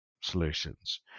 solutions